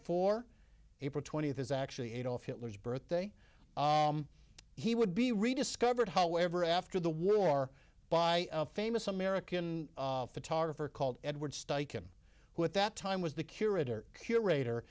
four april twentieth is actually adolf hitler's birthday he would be rediscovered however after the war by a famous american photographer called edward studied him who at that time was the curator curator